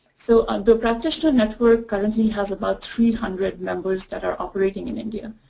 so under practitioner network currently has about three hundred members that are operating in india.